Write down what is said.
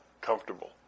comfortable